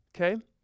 okay